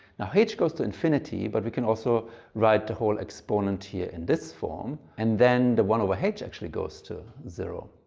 h goes to infinity but we can also write the whole exponent here in this form and then the one ah h actually goes to zero.